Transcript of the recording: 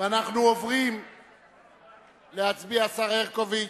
ואנחנו עוברים להצביע, השר הרשקוביץ,